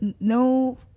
No